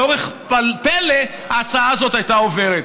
באורח פלא ההצעה הזאת הייתה עוברת.